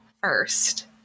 first